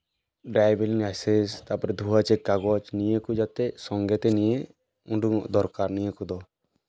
driving licence ᱛᱟᱨᱯᱚᱨᱮ ᱫᱷᱩᱦᱟ check ᱠᱟᱜᱚᱡᱽ ᱱᱤᱭᱟᱹ ᱠᱚ ᱡᱟᱛᱮ ᱥᱚᱝᱜᱮᱛᱮ ᱱᱤᱭᱟᱹ ᱩᱰᱩᱠᱚᱜ ᱫᱚᱨᱠᱟᱨ ᱱᱤᱭᱟᱹ ᱠᱚᱫᱚ